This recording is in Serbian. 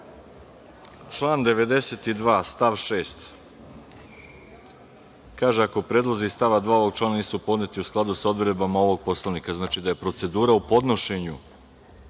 član 92. stav 6. kaže – ako predlozi iz stava 2. ovog člana nisu podneti u skladu sa odredbama ovog Poslovnika, znači da je procedura u podnošenju